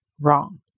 wrong